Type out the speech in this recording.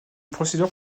procédure